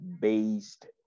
based